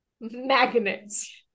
magnets